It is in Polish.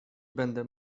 będę